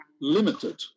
limited